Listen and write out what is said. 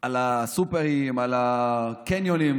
על הסופרים, על הקניונים,